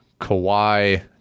Kawhi